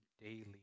daily